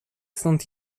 stąd